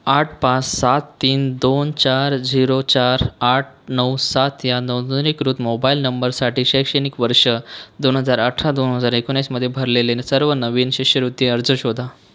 आठ पाच सात तीन दोन चार झिरो चार आठ नऊ सात या नोंदणीकृत मोबाईल नंबरसाठी शैक्षणिक वर्ष दोन हजार अठरा दोन हजार एकोणीसमध्ये भरलेले न् सर्व नवीन शिष्यवृत्ती अर्ज शोधा